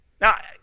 Now